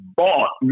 bought